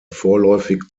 vorläufig